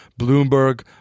Bloomberg